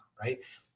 right